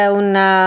una